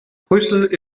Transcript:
brüssel